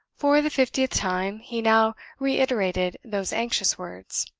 for the fiftieth time, he now reiterated those anxious words.